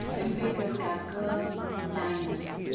them big girls got good vaginas.